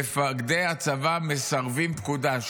מפקדי הצבא מסרבים פקודה.